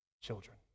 children